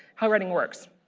how writing works.